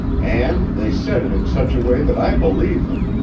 and they said it in such a way that i believe them.